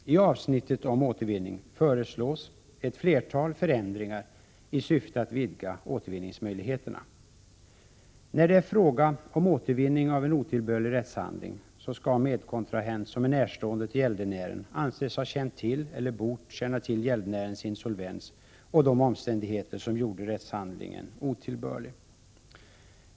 I avsnittet om återvinning föreslås ett flertal förändringar i syfte att vidga återvinningsmöjligheterna. När det är fråga om återvinning av en otillbörlig rättshandling skall medkontrahent som är närstående till gäldenären anses ha känt till — eller bort ha känt till — gäldenärens insolvens och de omständigheter som gjorde rättshandlingen otillbörlig.